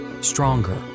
stronger